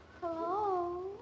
Hello